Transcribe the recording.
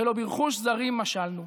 ולא ברכוש זרים משלנו,